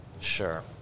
Sure